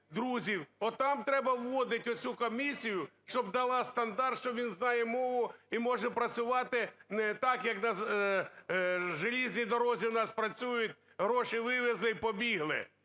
друзів, отам треба вводити оцю комісію, щоб дала стандарт, що він знає мову і може працювати так, як на железной дорозі у нас працюють – гроші вивезли і побігли.